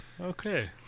Okay